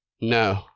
No